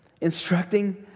instructing